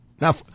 Now